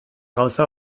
gauza